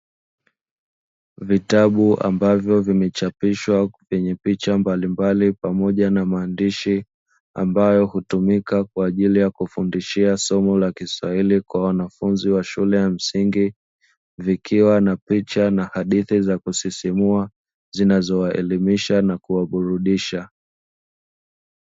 Vitabu ambavyo vimechapishwa kwenye picha mbalimbali pamoja na maandishi, ambayo hutumika kwa ajili ya kufundishia somo la Kiswahili kwa wanafunzi wa shule ya msingi, vikiwa na picha na hadithi za kusisimua zinazowaelimisha na kuwaburudisha.